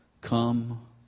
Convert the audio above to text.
Come